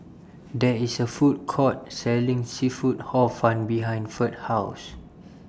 There IS A Food Court Selling Seafood Hor Fun behind Ferd's House